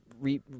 re